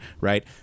right